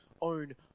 own